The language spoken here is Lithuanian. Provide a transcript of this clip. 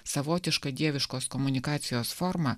savotiška dieviškos komunikacijos forma